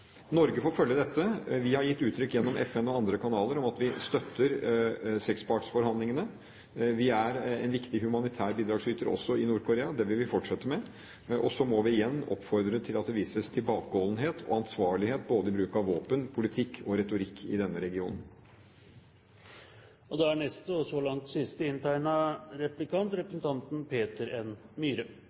Norge får følge dette. Vi har gjennom FN og andre kanaler gitt uttrykk for at vi støtter sekspartsforhandlingene. Vi er en viktig humanitær bidragsyter – også i Nord-Korea. Det vil vi fortsette med. Og så må vi igjen oppfordre til at det vises tilbakeholdenhet og ansvarlighet både i bruk av våpen, politikk og retorikk i denne regionen.